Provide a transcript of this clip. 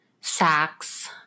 sacks